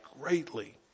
greatly